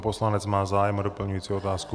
Poslanec má zájem o doplňující otázku.